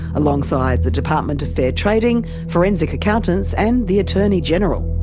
alongside the department of fair trading, forensic accountants, and the attorney general.